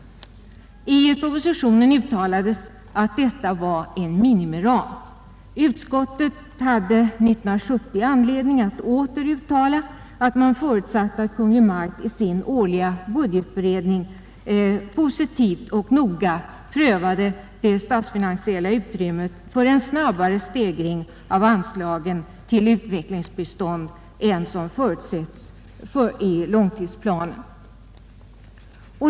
I propositionen uttalades att detta var en minimiram. Utskottet hade 1970 anledning att åter uttala att man förutsatte att Kungl. Maj:t i sin årliga budgetberedning positivt och noga prövade det statsfinansiella utrymmet för en snabbare stegring av anslagen till utvecklingsbistånd än som förutsetts i långtidsplanen.